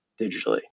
digitally